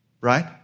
right